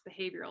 behavioral